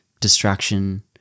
distraction